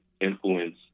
influence